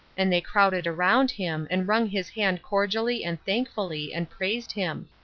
and they crowded around him, and wrung his hand cordially and thankfully, and praised him.